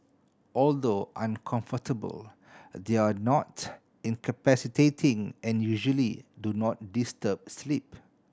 although uncomfortable they are not incapacitating and usually do not disturb sleep